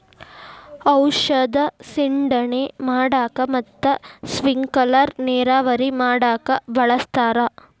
ಔಷದ ಸಿಂಡಣೆ ಮಾಡಾಕ ಮತ್ತ ಸ್ಪಿಂಕಲರ್ ನೇರಾವರಿ ಮಾಡಾಕ ಬಳಸ್ತಾರ